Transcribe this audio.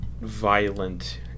violent